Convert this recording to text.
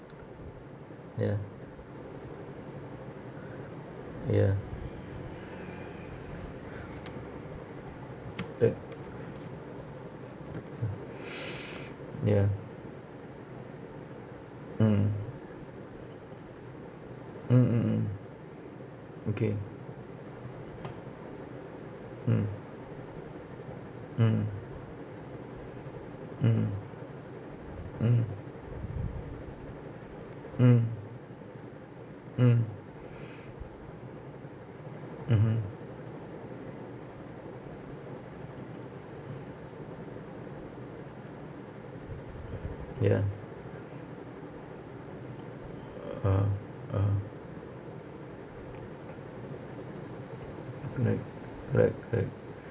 ya ya correct ya mm mm mm mm okay mm mm mm mm mm mm mmhmm ya ah ah correct correct correct